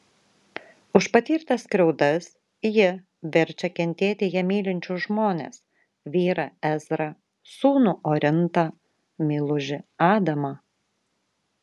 už patirtas skriaudas ji verčia kentėti ją mylinčius žmones vyrą ezrą sūnų orintą meilužį adamą